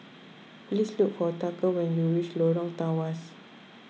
please look for Tucker when you reach Lorong Tawas